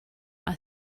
are